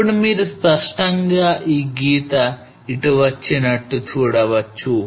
ఇప్పుడు మీరు స్పష్టంగా ఈ గీత ఇటు వచ్చినట్టు చూడవచ్చు